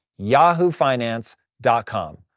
Yahoofinance.com